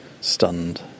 stunned